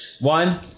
One